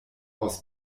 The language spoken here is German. aus